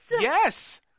Yes